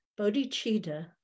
Bodhicitta